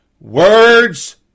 words